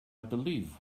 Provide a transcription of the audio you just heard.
believe